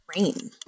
Rain